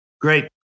Great